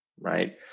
right